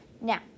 Now